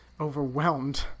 overwhelmed